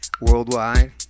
worldwide